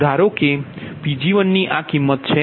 અને ધારો કે Pg1ની આ કિમ્મત છે